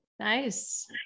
Nice